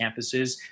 campuses